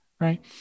right